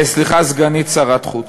סליחה, סגנית שר חוץ,